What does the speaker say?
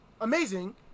amazing